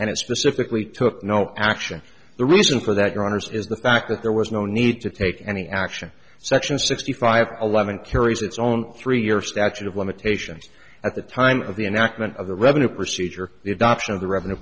and it specifically took no action the reason for that your honour's is the fact that there was no need to take any action section sixty five eleven carries its own three year statute of limitations at the time of the enactment of the revenue procedure the adoption of the revenue